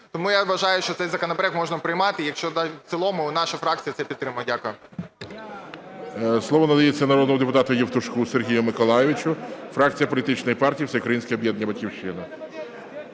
Тому я вважаю, що цей законопроект можна приймати, якщо в цілому, наша фракція це підтримує. Дякую. ГОЛОВУЮЧИЙ. Слово надається народному депутату Євтушку Сергію Миколайовичу, фракція Політичної партії Всеукраїнське об'єднання "Батьківщина".